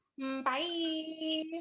Bye